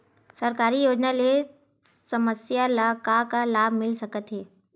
सरकारी योजना ले समस्या ल का का लाभ मिल सकते?